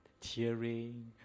tearing